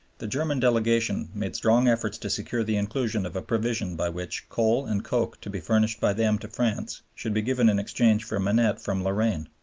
the german delegation made strong efforts to secure the inclusion of a provision by which coal and coke to be furnished by them to france should be given in exchange for minette from lorraine.